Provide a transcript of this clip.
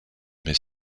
mais